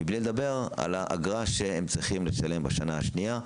ועוד לא דיברנו על האגרה שהם צריכים לשלם בשנה השנייה,